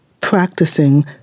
practicing